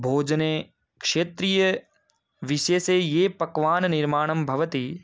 भोजने क्षेत्रीयविशेषे ये पक्वान्ननिर्माणं भवति